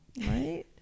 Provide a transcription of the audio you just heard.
right